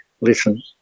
listen